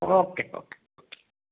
okay okay okay